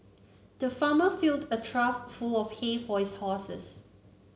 the farmer filled a trough full of hay for his horses